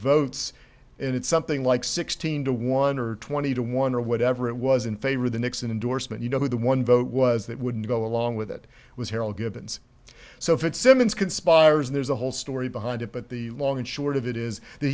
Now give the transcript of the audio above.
votes and it's something like sixteen to one or twenty to one or whatever it was in favor of the nixon endorsement you know the one vote was that wouldn't go along with it was harold givens so fitzsimmons conspires there's a whole story behind it but the long and short of it is that